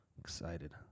Excited